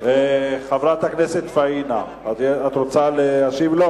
חברת הכנסת פאינה, את רוצה להשיב לו?